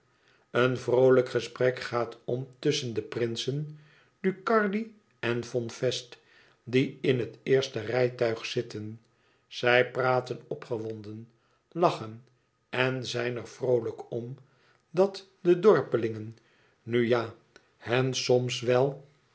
een vroolijk gesprek gaat om tusschen de prinsen ducardi en von fest die in het eerste rijtuig zitten zij praten opgewonden lachen en zijn er vroolijk om dat de dorpelingen nu ja hen soms wel